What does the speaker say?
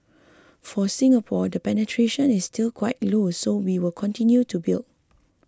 for Singapore the penetration is still quite low so we will continue to build